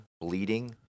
bleeding